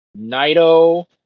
Naito